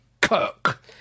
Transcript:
Kirk